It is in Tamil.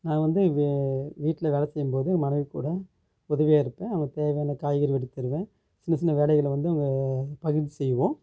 நான் வந்து எங்கள் வீட்டில் வேலை செய்யும்போது மனைவி கூட உதவியாக இருப்பேன் அவங்களுக்கு தேவையான காய்கறி வெட்டி தருவேன் சின்ன சின்ன வேலைகளை வந்து நாங்கள் பகிர்ந்து செய்வோம்